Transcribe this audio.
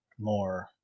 more